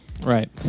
right